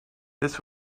this